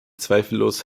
zweifellos